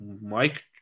Mike